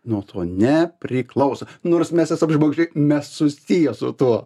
nuo to nepriklauso nors mes esam žmogiškai mes susiję su tuo